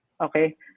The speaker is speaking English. okay